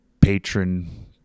patron